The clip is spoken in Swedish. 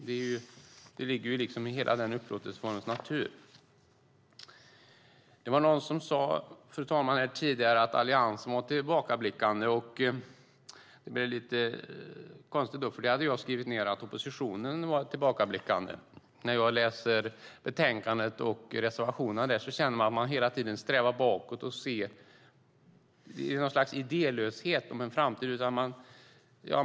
Det ligger liksom i hela den upplåtelseformens natur. Fru talman! Någon sade tidigare att Alliansen var tillbakablickande. Det blev lite konstigt, för jag hade skrivit ned att oppositionen är tillbakablickande. När jag läser betänkandet och reservationerna där känner jag att de hela tiden strävar bakåt. Det är något slags idélöshet om framtiden.